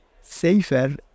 safer